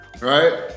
right